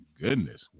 goodness